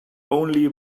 only